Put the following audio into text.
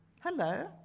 Hello